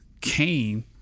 came